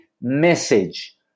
message